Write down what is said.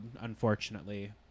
unfortunately